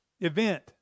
event